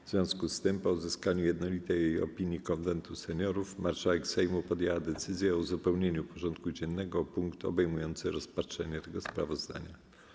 W związku z tym, po uzyskaniu jednolitej opinii Konwentu Seniorów, marszałek Sejmu podjęła decyzję o uzupełnieniu porządku dziennego o punkt obejmujący rozpatrzenie tego sprawozdania.